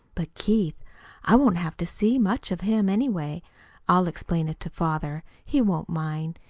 but, keith i won't have to see much of him, anyway. i'll explain it to father. he won't mind.